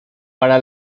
para